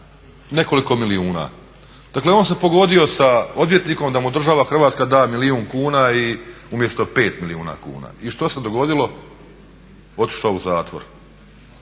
nekoliko milijuna. Dakle on se pogodio sa odvjetnikom da mu država Hrvatska da milijun kuna umjesto 5 milijuna kuna. I što se dogodilo? Otišao u zatvor.